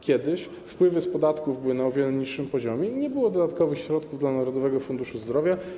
Kiedyś wpływy z podatków były na o wiele niższym poziomie i nie było dodatkowych środków dla Narodowego Funduszu Zdrowia.